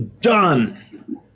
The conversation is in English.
done